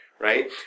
Right